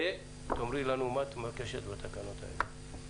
תאמרי לנו מה את מבקשת מהתקנות האלה.